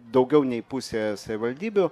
daugiau nei pusėje savivaldybių